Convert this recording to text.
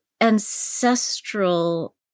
ancestral